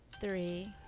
three